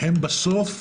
בסוף